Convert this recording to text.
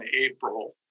April